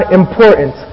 important